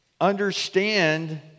understand